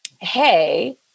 Hey